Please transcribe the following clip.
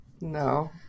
No